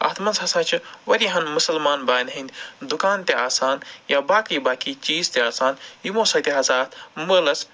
اَتھ منٛز ہسا چھِ واریاہَن مُسَلمان بایَن ۂنٛدۍ دُکان تہِ آسان یا باقٕے باقٕے چیٖز تہِ آسان یِمَو سۭتۍ ہسا اَتھ مٲلَس